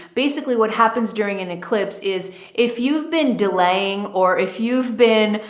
basically what happens during an eclipse is if you've been delaying or if you've been,